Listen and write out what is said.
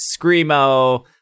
screamo